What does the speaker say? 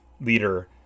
leader